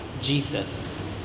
Jesus